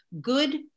Good